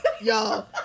Y'all